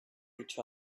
each